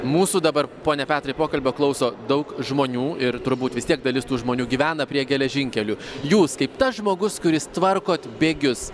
mūsų dabar pone petrai pokalbio klauso daug žmonių ir turbūt vis tiek dalis tų žmonių gyvena prie geležinkelių jūs kaip tas žmogus kuris tvarkot bėgius